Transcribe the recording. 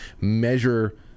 measure